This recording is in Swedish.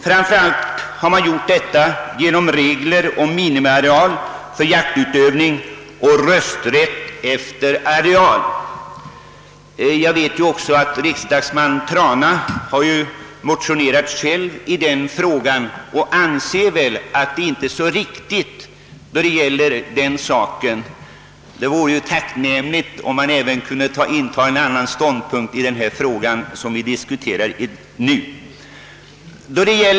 Framför allt skedde detta genom införandet av regler om minimiareal för jaktutövning och regler om rösträtt efter areal. Jag vet att herr Trana själv motionerat i den frågan och alltså anser att dessa förhållanden inte är tillfredsställande. Det vore tacknämligt om han även i den fråga vi diskuterar i dag ville inta samma ståndpunkt.